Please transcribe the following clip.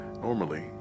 Normally